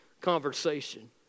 conversation